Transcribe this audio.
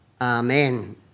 Amen